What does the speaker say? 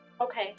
Okay